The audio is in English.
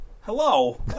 Hello